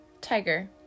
tiger